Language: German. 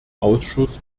ausschuss